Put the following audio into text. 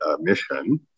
mission